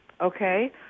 okay